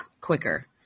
quicker